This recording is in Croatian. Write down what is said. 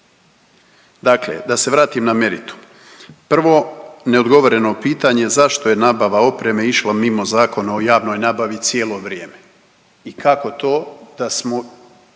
Dakle, da se vratim na meritum. Prvo neodgovoreno pitanje zašto je nabava opreme išla mimo Zakona o javnoj nabavi cijelo vrijeme i kako to da smo